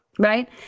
Right